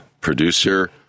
Producer